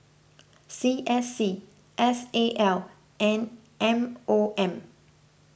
C S C S A L and M O M